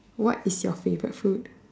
what is your favorite food